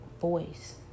voice